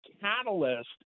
catalyst